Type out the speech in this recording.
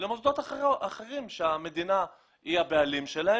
למוסדות אחרים שהמדינה היא הבעלים שלהם